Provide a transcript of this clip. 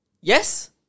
Yes